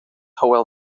hywel